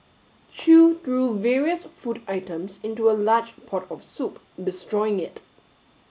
chew threw various food items into a large pot of soup destroying it